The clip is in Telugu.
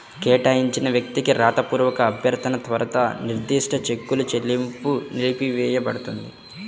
కేటాయించిన వ్యక్తికి రాతపూర్వక అభ్యర్థన తర్వాత నిర్దిష్ట చెక్కుల చెల్లింపు నిలిపివేయపడుతుంది